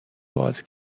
باز